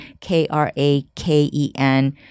K-R-A-K-E-N